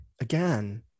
again